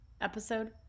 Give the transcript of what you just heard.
episode